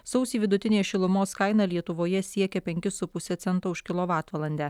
sausį vidutinė šilumos kaina lietuvoje siekė penkis su puse cento už kilovatvalandę